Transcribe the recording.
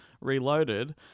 reloaded